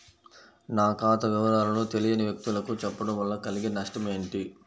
నా ఖాతా వివరాలను తెలియని వ్యక్తులకు చెప్పడం వల్ల కలిగే నష్టమేంటి?